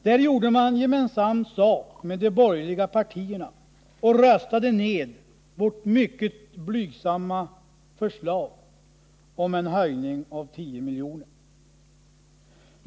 Där gjorde man gemensam sak med de borgerliga partierna och röstade ner vårt mycket blygsamma förslag om en höjning med tio miljoner.